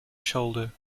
shoulder